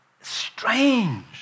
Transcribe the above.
strange